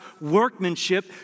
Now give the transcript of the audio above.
workmanship